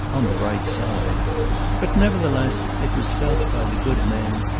on the right side but, nevertheless, it was felt by the good men,